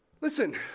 listen